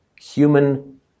human